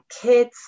kids